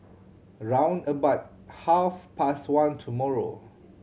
round about half past one tomorrow